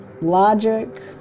logic